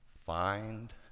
find